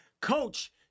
Coach